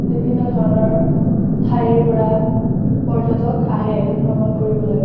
বিভিন্ন ধৰণৰ ঠাইৰ পৰা পৰ্যটক আহে ভ্ৰমণ কৰিবলৈ